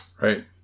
Right